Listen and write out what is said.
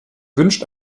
wünscht